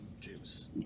juice